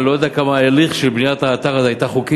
אני לא יודע כמה ההליך של בניית האתר הזה היה חוקי,